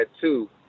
two